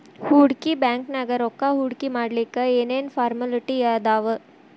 ಹೂಡ್ಕಿ ಬ್ಯಾಂಕ್ನ್ಯಾಗ್ ರೊಕ್ಕಾ ಹೂಡ್ಕಿಮಾಡ್ಲಿಕ್ಕೆ ಏನ್ ಏನ್ ಫಾರ್ಮ್ಯಲಿಟಿ ಅದಾವ?